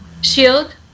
shield